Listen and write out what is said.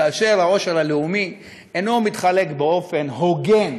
כאשר העושר הלאומי אינו מתחלק באופן הוגן,